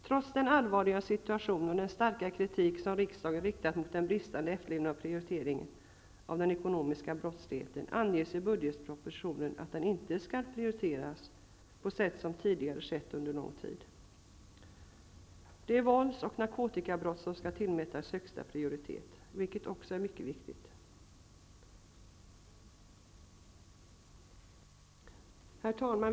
Trots den allvarliga situationen och den starka kritik som riksdagen riktat mot den bristande efterlevnaden av prioriteringen av den ekonomiska brottsligheten anges i budgetpropositionen att den inte skall prioriteras på sätt som tidigare skett under lång tid. Det är endast vålds och narkotikabrott som skall tillmätas högsta prioritet, vilket också är mycket viktigt. Herr talman!